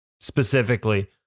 specifically